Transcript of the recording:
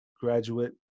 graduate